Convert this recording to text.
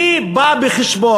מי בא חשבון,